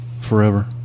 forever